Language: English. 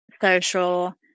social